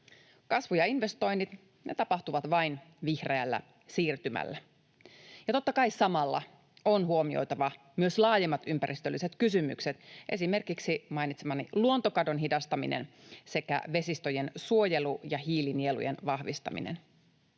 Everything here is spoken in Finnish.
Kasvu ja investoinnit tapahtuvat vain vihreällä siirtymällä. Totta kai samalla on huomioitava myös laajemmat ympäristölliset kysymykset, esimerkiksi mainitsemani luontokadon hidastaminen sekä vesistöjen suojelu ja hiilinielujen vahvistaminen.